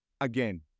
Again